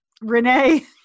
Renee